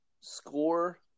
Score